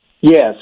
Yes